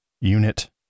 Unit